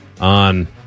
on